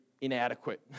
inadequate